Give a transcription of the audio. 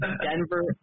Denver